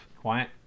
quiet